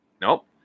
Nope